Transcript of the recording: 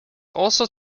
also